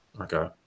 Okay